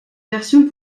version